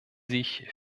sich